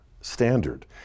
standard